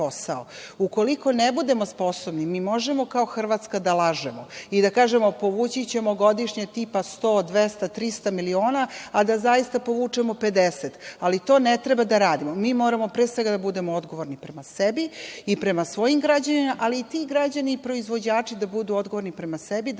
Ukoliko ne budemo sposobni, mi možemo kao Hrvatska da lažemo i da kažemo – povući ćemo godišnje, tipa, 100, 200, 300 miliona, a da zaista povučemo 50. Ali, to ne treba da radimo. Mi moramo, pre svega, da budemo odgovorni prema sebi i prema svojim građanima, ali i ti građani i proizvođači da budu odgovorni prema sebi,